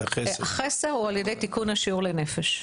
בסדר, חסר הוא על ידי תיקון השיעור לנפש.